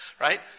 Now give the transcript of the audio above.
right